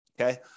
Okay